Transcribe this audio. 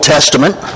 Testament